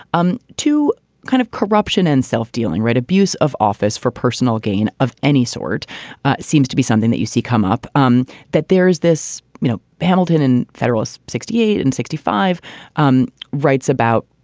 um two kind of corruption and self-dealing, right. abuse of office for personal gain of any sort seems to be something that you see come up um that there is this, this, you know, hamilton and federal's sixty eight and sixty five um writes about